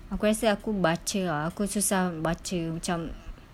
aku rasa aku baca aku susah baca macam